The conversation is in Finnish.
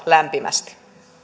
lämpimästi